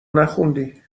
نخوندی